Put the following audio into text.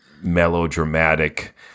melodramatic